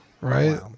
Right